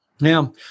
Now